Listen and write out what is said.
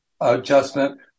adjustment